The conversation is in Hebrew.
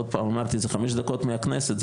זה חמש דקות מהכנסת.